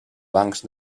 bancs